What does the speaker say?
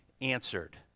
answered